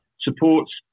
supports